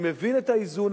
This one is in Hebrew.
אני מבין את האיזון,